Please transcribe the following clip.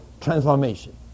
transformation